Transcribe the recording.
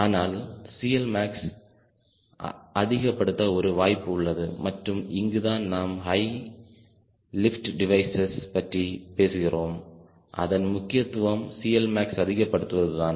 ஆனால் CLmax அதிக படுத்த ஒரு வாய்ப்பு உள்ளது மற்றும் இங்குதான் நாம் ஹை லிப்ட் டிவைசஸ் பற்றி பேசுகிறோம் அதன் முக்கியத்துவம் CLmax அதிகப்படுத்துவது தான்